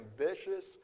ambitious